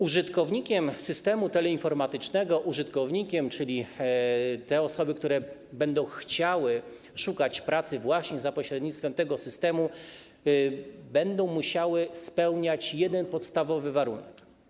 Użytkownicy systemu teleinformatycznego, czyli osoby, które będą chciały szukać pracy właśnie za pośrednictwem tego systemu, będą musieli spełniać jeden podstawowy warunek.